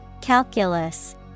Calculus